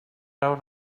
awr